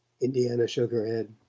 indiana shook her head.